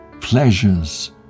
pleasures